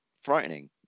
frightening